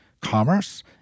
commerce